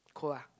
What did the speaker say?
cold ah